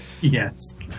Yes